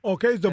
Okay